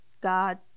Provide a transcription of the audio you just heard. God